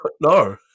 No